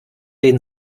den